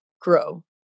grow